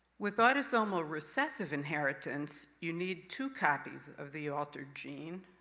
with autosomal recessive inheritance, you need two copies of the altered gene.